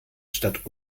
statt